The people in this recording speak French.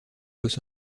los